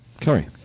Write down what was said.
curry